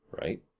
Right